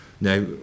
Now